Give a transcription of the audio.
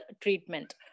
treatment